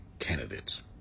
candidates